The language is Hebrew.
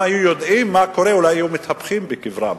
אם היו יודעים מה קורה אולי היו מתהפכים בקברם.